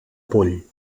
poll